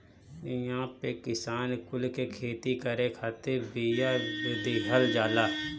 इहां पे किसान कुल के खेती करे खातिर बिया दिहल जाला